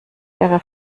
wäre